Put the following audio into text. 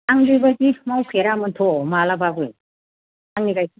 आं बेबादि मावफेरामोनथ' मालाबाबो आंनि गाइखेर